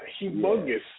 humongous